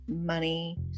money